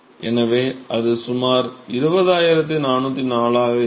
எனவே அது சுமார் 20404 ஆக இருக்கும்